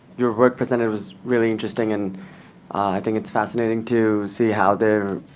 your work presented was really interesting, and i think it's fascinating to see how the